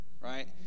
Right